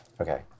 Okay